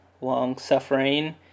long-suffering